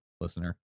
listener